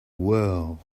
world